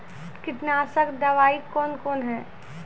कीटनासक दवाई कौन कौन हैं?